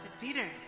Peter